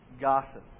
gossip